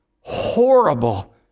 horrible